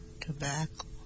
tobacco